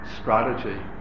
strategy